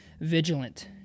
vigilant